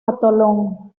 atolón